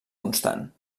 constant